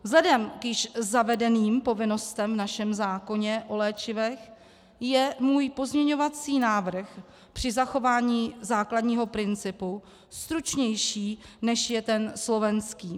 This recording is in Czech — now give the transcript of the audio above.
Vzhledem k již zavedeným povinnostem v našem zákoně o léčivech je můj pozměňovací návrh při zachování základního principu stručnější, než je ten slovenský.